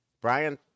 Brian